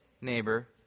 neighbor